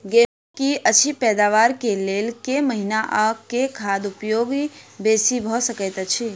गेंहूँ की अछि पैदावार केँ लेल केँ महीना आ केँ खाद उपयोगी बेसी भऽ सकैत अछि?